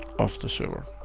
of the server.